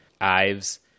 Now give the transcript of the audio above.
Ives